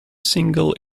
single